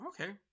Okay